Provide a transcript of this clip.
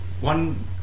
one